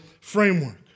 framework